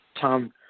Tom